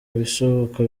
ibishoboka